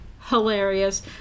Hilarious